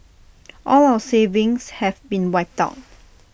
all our savings have been wiped out